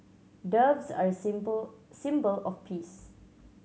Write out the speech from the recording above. doves are a symbol symbol of peace